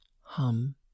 hum